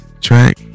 Track